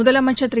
முதலமைச்ச் திரு